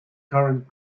current